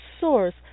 source